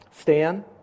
Stan